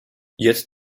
jetzt